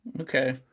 Okay